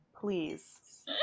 please